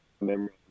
memory